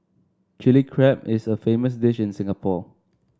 Chilli Crab is a famous dish in Singapore